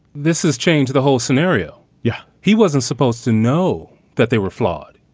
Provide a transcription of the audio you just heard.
this has changed the whole scenario. yeah, he wasn't supposed to know that they were flawed.